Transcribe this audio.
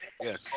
Yes